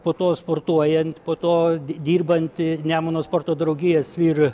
po to sportuojant po to dirbanti nemuno sporto draugijos vyr